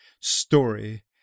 story